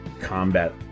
combat